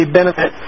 benefit